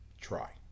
Try